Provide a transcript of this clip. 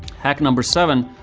hack number seven,